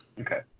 okay